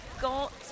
got